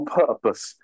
purpose